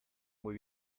muy